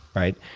right?